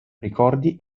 ricordi